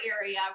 area